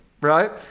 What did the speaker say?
right